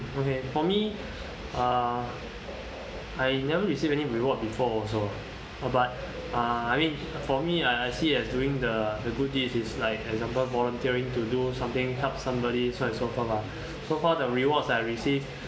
okay for me uh I never received any reward before also but uh I mean for me I I see as doing the good deeds is like example volunteering to do something help somebody so on and so forth ah so the rewards I received